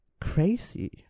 crazy